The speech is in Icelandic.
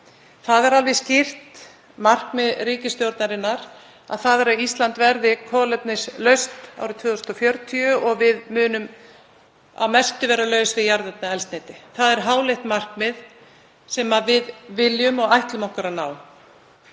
Það er alveg skýrt markmið ríkisstjórnarinnar að Ísland verði kolefnishlutlaust árið 2040 og við munum að mestu vera laus við jarðefnaeldsneyti. Það er háleitt markmið sem við viljum og ætlum okkur að ná.